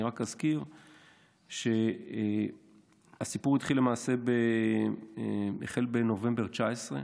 אזכיר שהסיפור התחיל בנובמבר 2019,